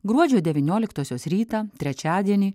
gruodžio devynioliktosios rytą trečiadienį